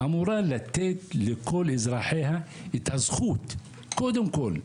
אמורה לתת לכל אזרחיה את הזכות קודם כול,